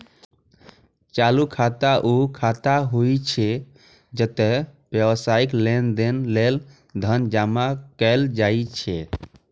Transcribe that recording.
चालू खाता ऊ खाता होइ छै, जतय व्यावसायिक लेनदेन लेल धन जमा कैल जाइ छै